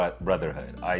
Brotherhood